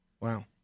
Wow